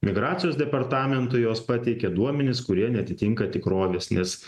migracijos departamentui jos pateikė duomenis kurie neatitinka tikrovės nes